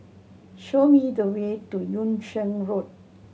show me the way to Yung Sheng Road